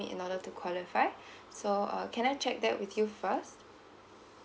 in order to qualify so uh can I check that with you first